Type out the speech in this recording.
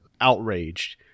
outraged